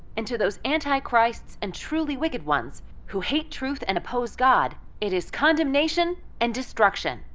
and to those antichrists and truly wicked ones who hate truth and oppose god, it is condemnation and destruction.